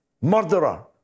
murderer